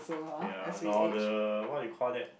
ya or the what you call that